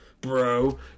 Bro